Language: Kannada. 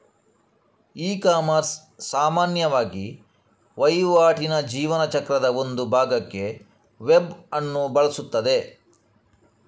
ಇಕಾಮರ್ಸ್ ಸಾಮಾನ್ಯವಾಗಿ ವಹಿವಾಟಿನ ಜೀವನ ಚಕ್ರದ ಒಂದು ಭಾಗಕ್ಕೆ ವೆಬ್ ಅನ್ನು ಬಳಸುತ್ತದೆ